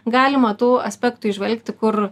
galima tų aspektų įžvelgti kur